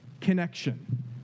connection